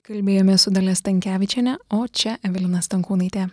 kalbėjome su dalia stankevičienė o čia evelina stankūnaitė